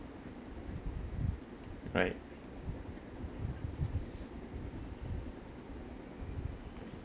right